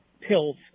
pills